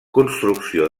construcció